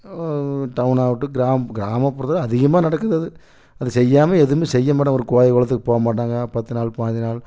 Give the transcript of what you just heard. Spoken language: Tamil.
டவுனாகட்டும் கிராமம் கிராமபுறத்தில் அதிகமாக நடக்குது அது அதை செய்யாம எதுவுமே செய்ய மாட்டாங்க ஒரு கோயில் குலத்துக்கு போக மாட்டாங்க பத்து நாள் பதினஞ்சு நாள்